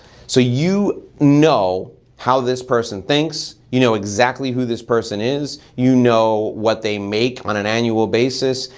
so you know how this person thinks, you know exactly who this person is, you know what they make on an annual basis,